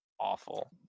awful